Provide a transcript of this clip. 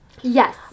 Yes